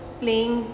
playing